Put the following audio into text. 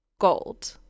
gold